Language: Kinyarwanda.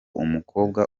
umukobwa